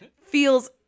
feels